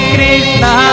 Krishna